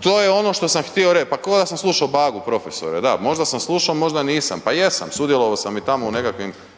to je ono što sam htio reć, pa koda sam slušo Bagu profesore, da možda sam slušo, možda nisam, pa jesam, sudjelovao sam i tamo u nekakvim